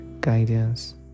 guidance